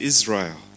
Israel